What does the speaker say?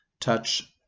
touch